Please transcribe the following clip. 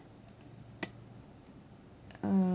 uh